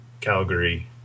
calgary